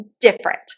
different